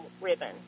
ribbon